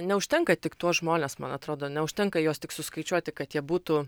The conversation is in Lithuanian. neužtenka tik tuos žmones man atrodo neužtenka juos tik suskaičiuoti kad jie būtų